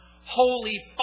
Holy